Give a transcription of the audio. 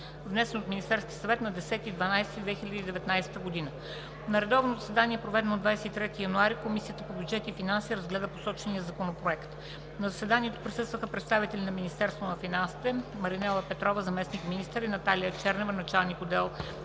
внесен от Министерския съвет на 10 декември 2019 г. На редовно заседание, проведено на 23 януари 2020 г., Комисията по бюджет и финанси разгледа посочения законопроект. На заседанието присъстваха представителите на Министерството на финансите: Маринела Петрова – заместник-министър, и Наталия Чернева – началник отдел